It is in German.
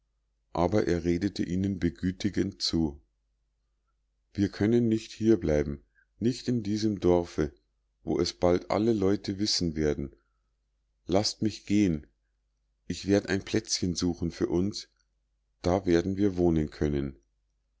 aber er redete ihnen begütigend zu wir können nicht hierbleiben nicht in diesem dorfe wo es bald alle leute wissen werden laßt mich gehen ich werd ein plätzchen suchen für uns da werden wir wohnen können